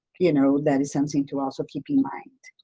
you know that is something to also keep in mind.